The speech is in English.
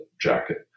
jacket